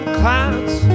clouds